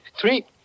Three